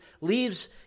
leaves